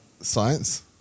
science